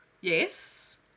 Yes